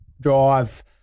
drive